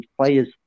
players